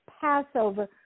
passover